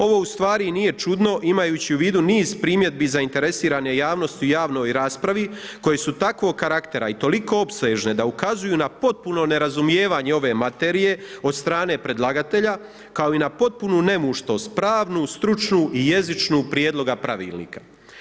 Ovo ustvari nije čudno imajući u vidu niz primjedbi zainteresirane javnosti u javnoj raspravi koji su takvog karaktera i toliko opsežne da ukazuju na potpuno nerazumijevanje ove materije od strane predlagatelja kao i na potpunu nemuštost pravnu, stručnu i jezičnu prijedloga pravilnika.